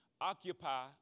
occupy